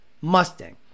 Mustang